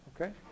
okay